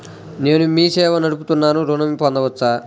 నేను మీ సేవా నడుపుతున్నాను ఋణం పొందవచ్చా?